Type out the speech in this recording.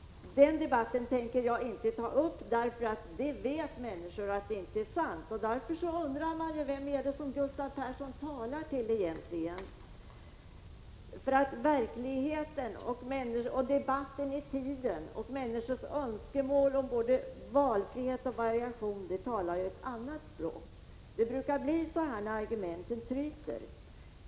Den debatten tänker jag inte föra, eftersom människor vet att detta påstående inte är sant. Man undrar till vem Gustav Persson egentligen riktar sig, eftersom verkligheten, debatten i tiden och människors önskemål om valfrihet och variation talar ett annat språk. Men det brukar bli så här när argumenten tryter.